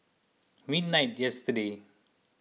midnight yesterday